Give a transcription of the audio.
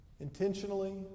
intentionally